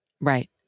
Right